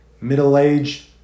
middle-aged